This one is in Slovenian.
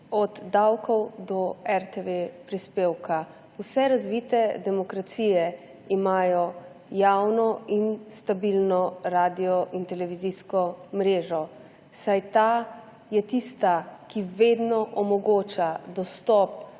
od davkov do prispevka RTV. Vse razvite demokracije imajo javno in stabilno radio in televizijsko mrežo, saj je ta tista, ki vedno omogoča dostop